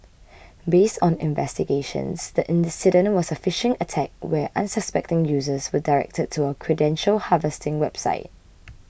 based on investigations the incident was a phishing attack where unsuspecting users were directed to a credential harvesting website